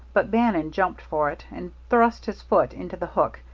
but bannon jumped for it and thrust his foot into the hook,